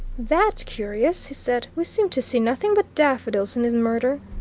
that curious, he said. we seem to see nothing but daffodils in this murder!